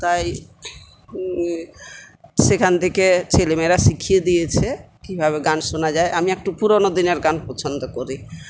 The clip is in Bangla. তাই সেখান থেকে ছেলেমেয়েরা শিখিয়ে দিয়েছে কীভাবে গান শোনা যায় আমি একটু পুরনো দিনের গান পছন্দ করি